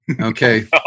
Okay